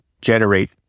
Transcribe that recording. generate